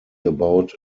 about